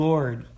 Lord